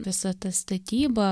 visa ta statyba